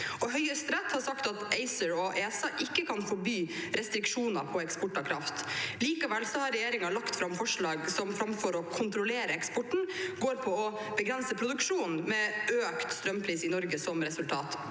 Høyesterett har sagt at ACER og ESA ikke kan forby restriksjoner på eksport av kraft. Likevel har regjeringen lagt fram forslag som framfor å kontrollere eksporten går på å begrense produksjonen, med økt strømpris i Norge som resultat.